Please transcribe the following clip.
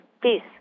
peace